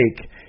take